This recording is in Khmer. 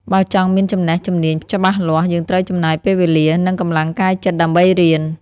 បើចង់មានចំណេះជំនាញច្បាស់លាស់ យើងត្រូវចំណាយពេលវេលា និងកម្លាំងកាយចិត្តដើម្បីរៀន។